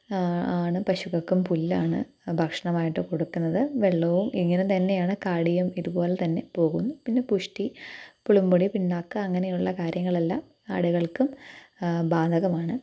ആണ് പശുക്കൾക്കും പുല്ലാണ് ഭക്ഷണമായിട്ടു കൊടുക്കുന്നത് വെള്ളവും ഇങ്ങനെത്തന്നെയാണ് കാടിയും ഇതുപോലെത്തന്നെ പോകുന്നു പിന്നെ പുഷ്ടി പുളുമ്പടി പിണ്ണാക്ക് അങ്ങനെയുള്ള കാര്യങ്ങളെല്ലാം ആടുകൾക്കും ബാധകമാണ്